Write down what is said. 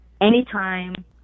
anytime